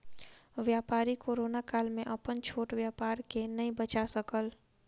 व्यापारी कोरोना काल में अपन छोट व्यापार के नै बचा सकल